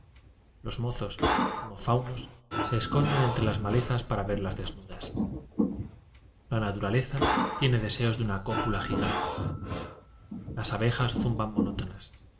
los mozos como faunos se esconden en tre las malezas para verlas desnudas la naturaleza tiene deseos de una cópula gi gante las abejas zumban monótonas